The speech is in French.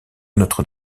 notre